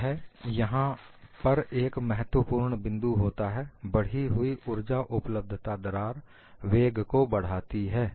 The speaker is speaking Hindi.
यह यहां पर एक महत्वपूर्ण बिन्दू होता है बढ़ी हुई उर्जा उपलब्धता दरार वेग को बढ़ाती है